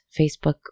Facebook